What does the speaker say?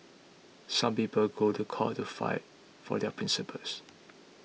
some people go to court to fight for their principles